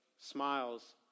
smiles